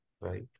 right